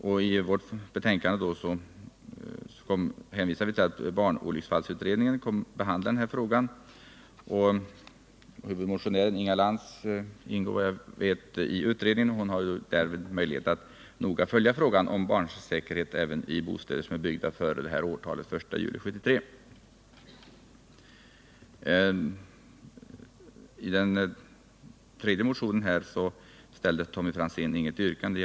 I utskottsbetänkandet hänvisar vi till barnolycksfallsutredningen, som kommer att behandla den här frågan. Såvitt jag vet ingår numera huvudmotionären Inga Lantz i utredningen, och hon bör därvid ha möjlighet att noga följa frågan om barnsäkerhet även i bostäder byggda före den 1 juli 1973. I fråga om motionen 1678 ställde Tommy Franzén inget yrkande.